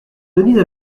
denise